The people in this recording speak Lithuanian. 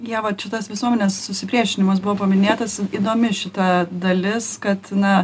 ieva čia tas visuomenės susipriešinimas buvo paminėtas įdomi šita dalis kad na